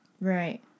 Right